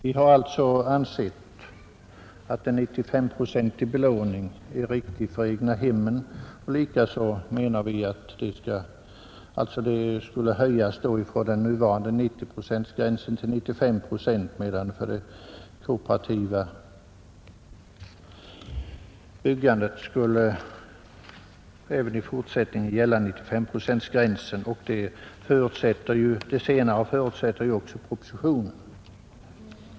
Vi har alltså ansett att belåningen för egnahem skall höjas från 90 procent till 95 procent, medan för det kooperativa byggandet även i fortsättningen 95-procentsgränsen skulle gälla. Det senare förutsätter ju även propositionen.